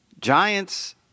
Giants